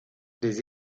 des